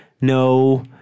No